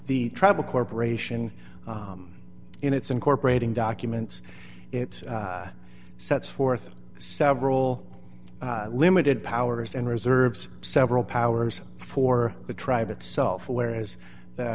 the travel corporation in its incorporating documents it sets forth several limited powers and reserves several powers for the tribe itself whereas